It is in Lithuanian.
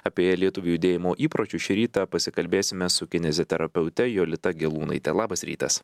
apie lietuvių judėjimo įpročius šį rytą pasikalbėsime su kineziterapeute jolita gelūnaitė labas rytas